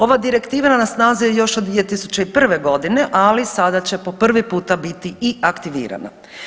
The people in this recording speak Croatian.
Ova direktiva na snazi je još od 2001. godine, ali sada će po prvi puta biti i aktivirana.